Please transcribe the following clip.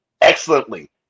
excellently